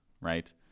right